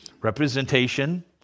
Representation